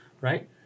right